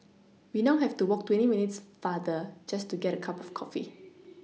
we now have to walk twenty minutes farther just to get a cup of coffee